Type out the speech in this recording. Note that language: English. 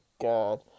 God